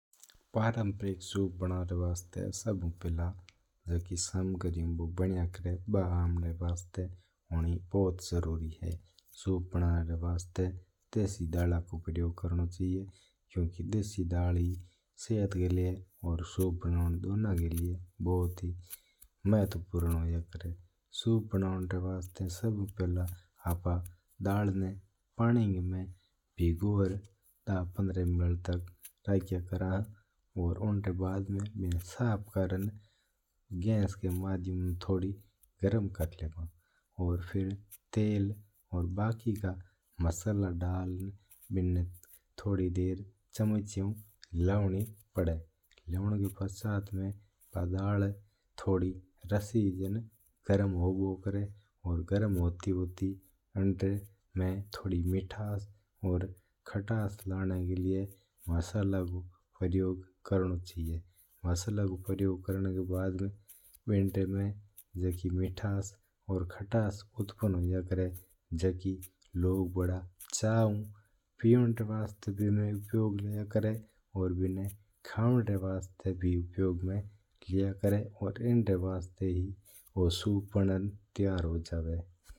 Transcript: सुभ पहिलो जो सोप बनावणा वास्ता सामग्री को चाहीजा बा आपणा हुओ जरूरी है। सोप बनावणा वास्ता आभू फेहला देसी दालो रो उपयोग हुवो है। देसी डाल हे स्वास्थ्य का लियौ और सोप बनावण वास्ता उपयोगी हुवो है। सोप बनावणा वास्ता सभू पहला आप दाल ना भेज्यो करहां दस-पंद्रह मिनट तक राख्यो है और हुंगा बाद में साफ करर् औ बिना गसो का माध्यम उ बिना गैस पर राख्यो है। बाद में उन में तेल और नाक मसाला थोड़ी देर चमह चू हिलायो करहां। हिलावणा री बड्ड में बा डाल थोड़ी रसीजन उबलाय करहां है इनम थोड़ो खटास लावणा वास्ता इनम थोड़ो मसालो डलयो करहां। बिना लोग पीवण री वास्ता भी उपयोग लेवो है।